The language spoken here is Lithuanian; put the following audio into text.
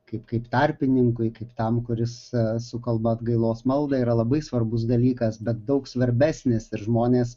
kaip kaip tarpininkui kaip tam kuris sukalba atgailos maldą yra labai svarbus dalykas bet daug svarbesnis ir žmonės